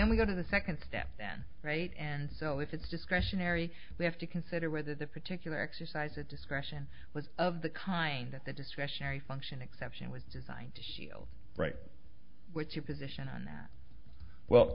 then we go to the second step then right and so if it's discretionary we have to consider whether the particular exercise that discretion was of the kind that the discretionary function exception was designed to shield right with your position on that well